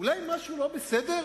אולי משהו לא בסדר,